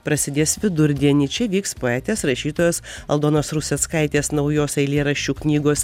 prasidės vidurdienį čia vyks poetės rašytojos aldonos ruseckaitės naujos eilėraščių knygos